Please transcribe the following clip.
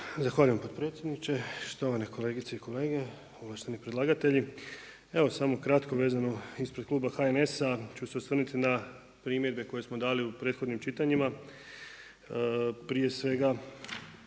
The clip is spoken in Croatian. Zahvaljujem potpredsjedniče. Štovane kolegice i kolege, ovlašteni predlagatelji. Evo samo kratko vezano ispred kluba HNS-a ću se osvrnuti na primjedbe koje smo dali u prethodnim čitanjima. Prije svega